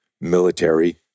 military